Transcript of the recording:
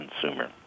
consumer